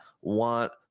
want